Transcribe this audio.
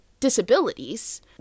disabilities